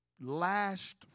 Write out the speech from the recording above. last